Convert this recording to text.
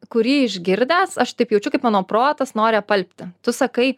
kurį išgirdęs aš taip jaučiu kaip mano protas nori apalpti tu sakai